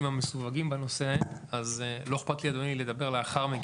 המסווגים בנושא ולכן לא אכפת לי לדבר לאחר מכן.